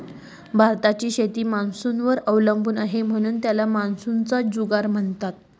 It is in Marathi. भारताची शेती मान्सूनवर अवलंबून आहे, म्हणून त्याला मान्सूनचा जुगार म्हणतात